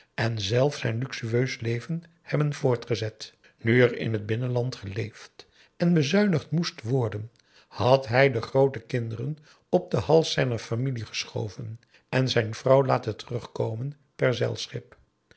en zelf zijn luxueus leven hebben voortgezet nu er in het binnenland geleefd en bezuinigd moest worden had hij de groote kinderen op den hals zijner familie geschoven en zijn vrouw laten terugkomen per zeilschip